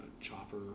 chopper